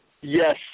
Yes